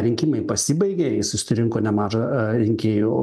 rinkimai pasibaigė jis susirinko nemažą rinkėjų